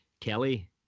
Kelly